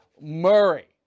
Murray